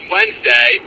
Wednesday